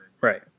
right